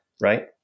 right